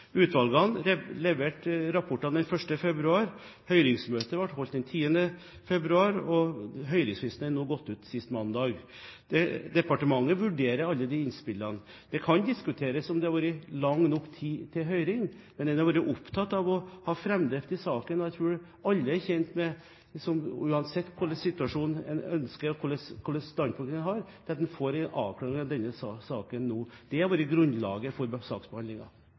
Utvalgene leverte rapportene 1. februar. Høringsmøtet ble holdt den 10. februar, og høringsfristen gikk ut sist mandag. Departementet vurderer alle disse innspillene. Det kan diskuteres om det har vært lang nok tid til høring, men en har vært opptatt av å ha framdrift i saken. Og jeg tror alle er tjent med, uansett hva slags situasjon en ønsker, og hva slags standpunkt man har, at man får en avklaring av denne saken nå. Det har vært grunnlaget for